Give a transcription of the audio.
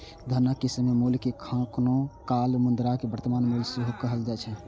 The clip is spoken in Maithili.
धनक समय मूल्य कें कखनो काल मुद्राक वर्तमान मूल्य सेहो कहल जाए छै